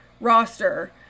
roster